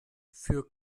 für